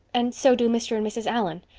and so do mr. and mrs. allan.